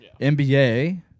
NBA